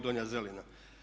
Donja Zelina.